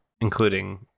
including